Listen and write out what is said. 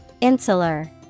insular